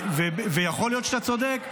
יכול להיות שאתה צודק,